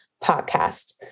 Podcast